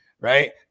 Right